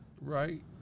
right